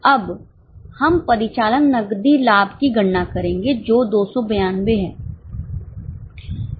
अब हम परिचालन नकदी लाभ की गणना करेंगे जो 292 है